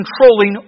controlling